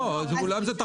לא, זה תחרות.